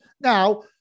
Now